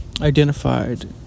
identified